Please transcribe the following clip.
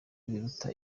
biruta